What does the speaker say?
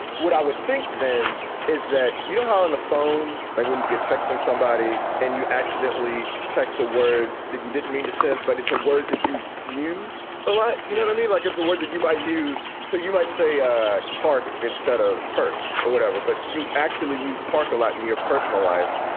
i would think then is that, you know, how in a phone line when you're texting somebody and you accidentally text a word, did you didn't mean to send, but it's a word that you use a lot. you know, i mean, like it's a word that you might use. so you might say park instead of park or whatever, but you actually use park a lot in your personal life.